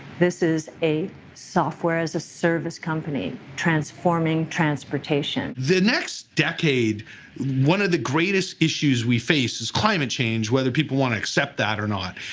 this is a software as a service company transforming transportation. the next decade one of the greatest issues we face is climate change, whether people want accept that or not.